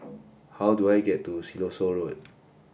how do I get to Siloso Road